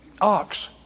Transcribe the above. ox